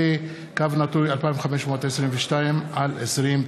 2016, פ/2522/20.